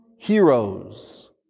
heroes